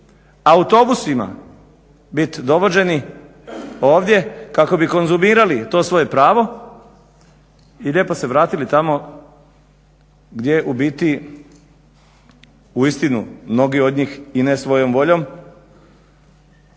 autobusima bit dovođeni ovdje kako bi konzumirali to svoje pravo i lijepo se vratili tamo gdje u biti uistinu mnogi od njih i ne svojom voljom